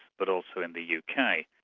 but also in the u. k.